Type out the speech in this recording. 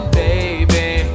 baby